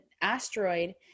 asteroid